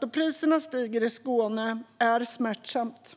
Då priserna stiger i Skåne är det smärtsamt.